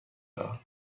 دارم